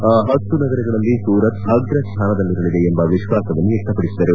ಆ ಹತ್ತು ನಗರಗಳಲ್ಲಿ ಸೂರತ್ ಅಗ್ರ ಸ್ಥಾನದಲ್ಲಿರಲಿದೆ ಎಂಬ ವಿಶ್ವಾಸ ವ್ಯಕ್ತಪಡಿಸಿದರು